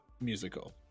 musical